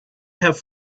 have